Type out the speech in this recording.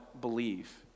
believe